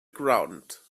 ground